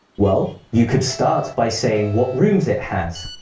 well, you could start by saying what rooms it has.